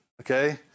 okay